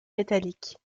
métallique